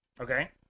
Okay